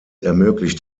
ermöglicht